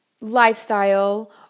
lifestyle